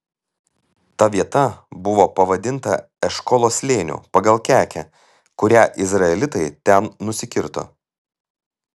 ta vieta buvo pavadinta eškolo slėniu pagal kekę kurią izraelitai ten nusikirto